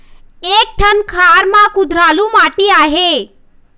एक ठन खार म कुधरालू माटी आहे?